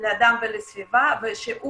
לאדם ולסביבה ושהוא